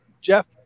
Jeff